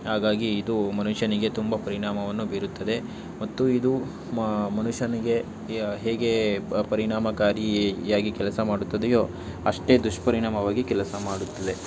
ಹಾಗಾಗಿ ಇದು ಮನುಷ್ಯನಿಗೆ ತುಂಬ ಪರಿಣಾಮವನ್ನು ಬೀರುತ್ತದೆ ಮತ್ತು ಇದು ಮನುಷ್ಯನಿಗೆ ಹೇಗೆ ಪರಿಣಾಮಕಾರಿಯಾಗಿ ಕೆಲಸ ಮಾಡುತ್ತದೆಯೋ ಅಷ್ಟೇ ದುಷ್ಪರಿಣಾಮವಾಗಿ ಕೆಲಸ ಮಾಡುತ್ತಿದೆ